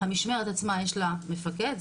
המשמרת עצמה יש לה מפקד,